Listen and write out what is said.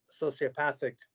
sociopathic